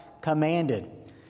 commanded